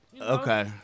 Okay